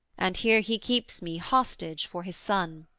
and here he keeps me hostage for his son